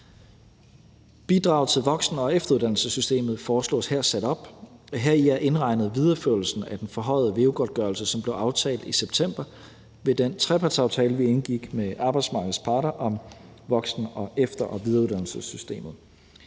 Bidrag til voksen- og efteruddannelsessystemet foreslås her sat op. Heri er indregnet videreførelsen af den forhøjede VEU-godtgørelse, som blev aftalt i september ved den trepartsaftale, vi indgik med arbejdsmarkedets parter, om voksen-, efter- og videreuddannelsessystemet.